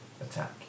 attack